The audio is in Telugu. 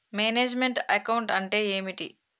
మేనేజ్ మెంట్ అకౌంట్ అంటే ఏమిటి?